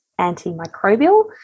antimicrobial